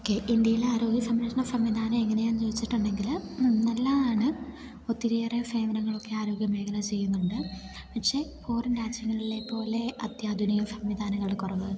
okay ഇന്ത്യയിലെ ആരോഗ്യ സംരക്ഷണ സംവിധാനം എങ്ങനെയാന്ന് ചോദിച്ചിട്ടുണ്ടെങ്കില് നല്ലതാണ് ഒത്തിരിയേറെ സേവനങ്ങളൊക്കെ ആരോഗ്യമേഖല ചെയ്യുന്നുണ്ട് പക്ഷേ ഫോറിൻ രാജ്യങ്ങളിലെ പോലെ അത്യാധുനിക സംവിധാനങ്ങളുടെ കുറവ്